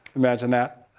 imagine that.